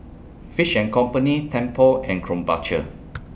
Fish and Company Tempur and Krombacher